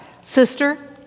Sister